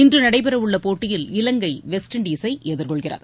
இன்று நடைபெற உள்ள போட்டியில் இலங்கை வெஸ்ட் இண்டஸை எதிர்கொள்கிறது